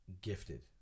gifted